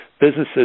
businesses